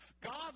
God